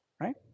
right